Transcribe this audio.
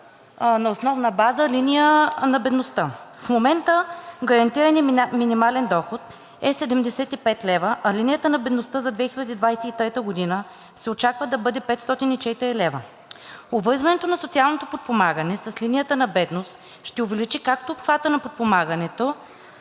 на основна база линия на бедността. В момента гарантираният минимален доход е 75 лв., а линията на бедността за 2023 г. се очаква да бъде 504 лв. Обвързването на социалното подпомагане с линията на бедност ще увеличи както обхвата на подпомагането,